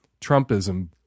trumpism